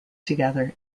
together